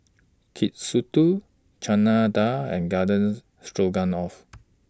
Katsudon Chana Dal and Gardens Stroganoff